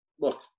look